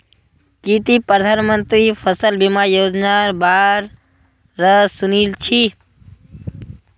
की ती प्रधानमंत्री फसल बीमा योजनार बा र सुनील छि